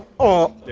all